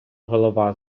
голова